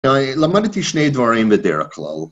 ולמדתי שני דברים בדרך כלל.